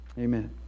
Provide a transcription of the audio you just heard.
Amen